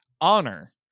Honor